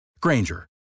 Granger